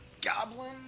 goblin